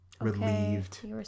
relieved